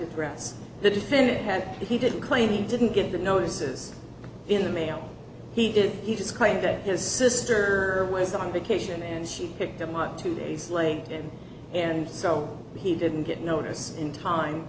address the defendant had he didn't claim he didn't get the notices in the mail he did he just claimed that his sister was on vacation and she picked him up two days late and so he didn't get notice in time